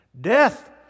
Death